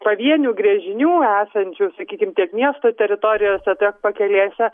pavienių gręžinių esančių sakykime tiek miesto teritorijose tiek pakelėse